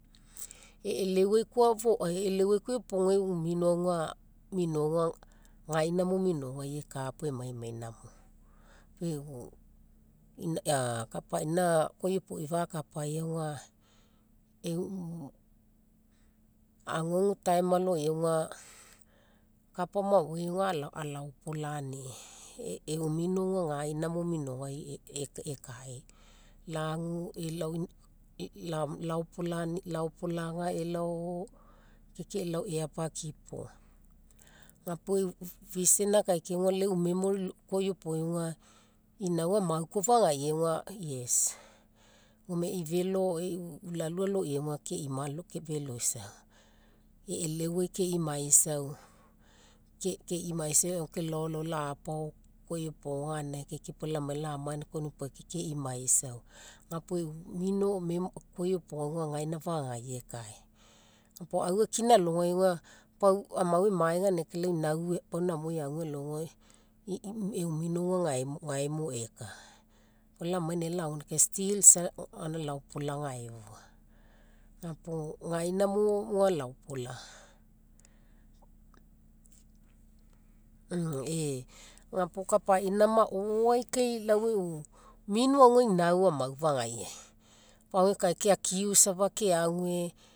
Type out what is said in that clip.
E'eleu ai koa iopoga e'u mino aga, gaina mo minoaui ekaa pau emaimai namo. kapaina koa iopoi fakapaii aga e'u aguagu time aloiai aga kapa maoai aga alaopolani e'u mino aga gaina mo minouai ekae. Laagu elao laopolaga elao ke ke elao eapakipo. Ga puo leu vision akaikia leu memory koa iopoi aga inau amau koa fagaiiai aga yes. Gome e'i felo e'i ulalu ma aloiai ke'imaiso feloisau. E'eleuai ke'imaisau, ke'imaisau ke elao elao lapao ganinagai kai pau la mai la amage kai ke'imaisau. Ga puo e'u mino ga koa iopoga aga gaina fagaisai ekae. Ga puo aufakina alogai aga, pau amau emae ganinagai kai lau inau pau namo eagu alogai e'u mino aga gae mo ekaa. Pau la mai inae laagu ganinagai kai still gaina laopolaga aefua. Ga puo gaina mo laopolaga. puo kapaina maoai kai lau mino aga lau inau amau fagaiiai. Pau ekae kai ke akiu safa keagu